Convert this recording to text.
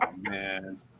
man